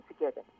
together